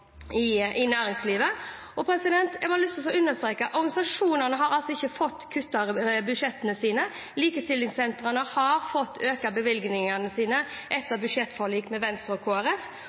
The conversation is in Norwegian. i næringslivet. Jeg har lyst til å understreke at organisasjonene ikke har fått kutt i budsjettene sine, og at likestillingssentrene har fått økt bevilgningene sine etter budsjettforlik med Venstre og